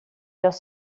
los